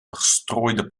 verstrooide